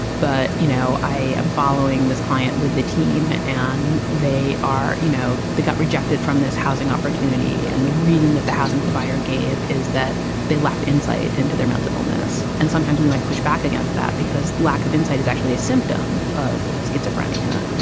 but, you know, i am following this client with the team and they are you know, they got rejected from this housing opportunity. and the reason that the housing provider gave is that they lacked insight into their mental illness. and sometimes we might push back against that because lack of insight is actually a symptom of schizophrenia.